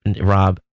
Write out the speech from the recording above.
Rob